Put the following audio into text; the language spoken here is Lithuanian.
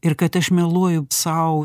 ir kad aš meluoju sau